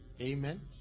Amen